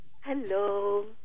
Hello